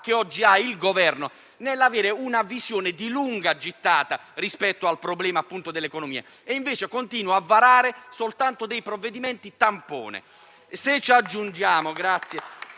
che oggi ha il Governo nell'avere una visione di lunga gittata rispetto al problema dell'economia, e continua a varare soltanto dei provvedimenti tampone.